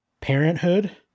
parenthood